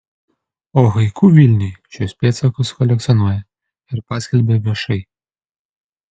o haiku vilniui šiuos pėdsakus kolekcionuoja ir paskelbia viešai